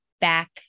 back